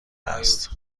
است